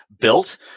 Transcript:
built